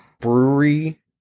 Brewery